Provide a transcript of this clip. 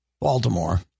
Baltimore